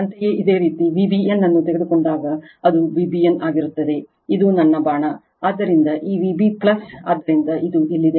ಅಂತೆಯೇ ಇದೇ ರೀತಿ Vbn ಅನ್ನು ತೆಗೆದುಕೊಂಡಾಗ ಅದು Vbn ಆಗಿರುತ್ತದೆ ಇದು ನನ್ನ ಬಾಣ ಆದ್ದರಿಂದ ಈ Vb ಆದ್ದರಿಂದ ಇದು ಇಲ್ಲಿದೆ